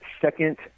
second